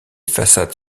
façades